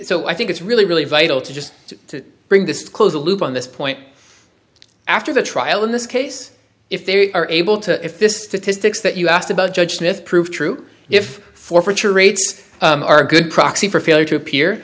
so i think it's really really vital to just to bring this to close the loop on this point after the trial in this case if they are able to if this statistics that you asked about judge this proved true if forfeiture rates are good proxy for failure to appear